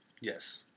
Yes